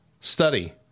study